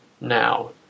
now